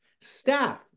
staff